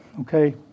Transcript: okay